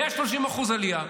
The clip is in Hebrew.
130% עלייה.